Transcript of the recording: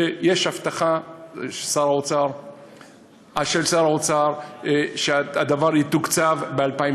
ויש הבטחה של שר האוצר שהדבר יתוקצב ב-2017.